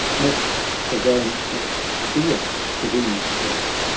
next to rome most dear to venus' breast,